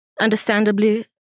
Understandably